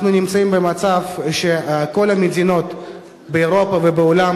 אנחנו נמצאים במצב שכל המדינות באירופה ובעולם